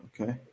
Okay